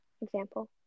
example